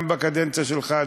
גם בקדנציה שלך,